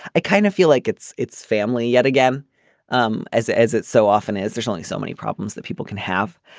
i kind of feel like it's it's family yet again um as as it so often is there's only so many problems that people can have.